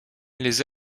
les